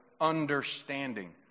understanding